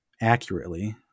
accurately